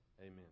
Amen